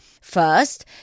First